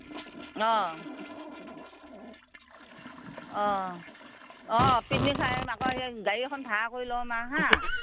অ অ অ পিকনিক খাই আহিম আকৌ সেই গাড়ী এখন ভাড়া কৰি ল'ম আৰু হা